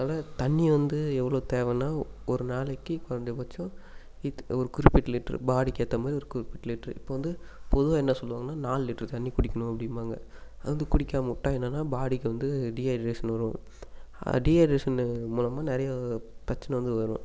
அதனால தண்ணியை வந்து எவ்வளோ தேவைன்னா ஒரு நாளைக்கு கொஞ்சம் கொஞ்சம் இத் ஒரு குறிப்பிட்ட லிட்டரு பாடிக்கு ஏற்றி மாதிரி ஒரு குறிப்பிட்ட லிட்டரு இப்போ வந்து பொதுவாக என்ன சொல்வாங்கன்னால் நாலு லிட்டர் தண்ணி குடிக்கணும் அப்படிம்பாங்க அதை வந்து குடிக்காமல் விட்டால் என்னான்னால் பாடிக்கு வந்து டிஹைட்ரேஷன் வரும் அது டிஹைட்ரேஷனு மூலமாக நிறையா பிரச்சனை வந்து வரும்